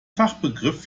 fachbegriff